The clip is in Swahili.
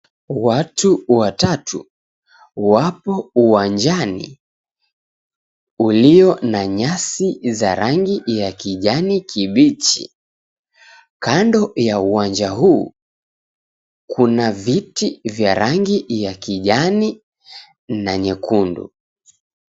Watu watatu wapo uwanjani ulio na nyasi za rangi ya kijani kibichi. Kando ya uwanja huu kuna viti vya rangi ya kijani na nyekundu.